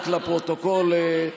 לפרוטוקול,